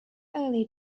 early